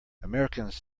americans